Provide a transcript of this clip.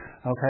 okay